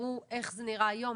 תראו איך זה נראה היום,